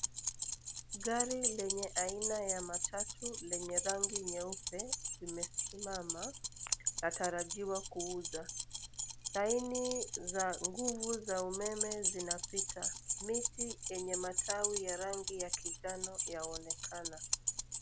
Gari lenye aina ya matatu yenye rangi nyeupe imesimama atarajiwa kuuza, laini za nguvu za umeme zinapita ,miti yenye matawi ya rangi ya kijani yaonekana.